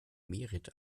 merit